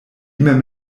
mem